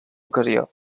ocasió